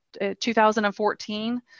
2014